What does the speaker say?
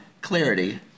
clarity